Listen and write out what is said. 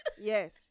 Yes